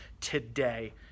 today